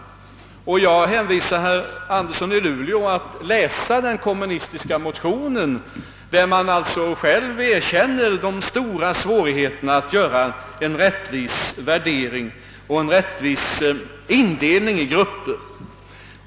Jag hänvisar herr Andersson i Luleå till att läsa den kommunistiska motionen, där man också erkänner att stora svårigheter uppstår när det gäller att göra en rättvis värdering och en rättvis indelning i grupper.